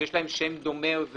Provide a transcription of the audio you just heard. שיש להם שם דומה או זהה.